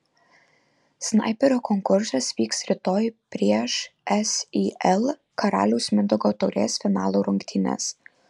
snaiperio konkursas vyks rytoj prieš sil karaliaus mindaugo taurės finalo rungtynes